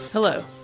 Hello